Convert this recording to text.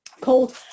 called